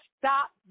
stop